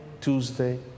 Tuesday